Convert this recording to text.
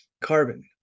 carbon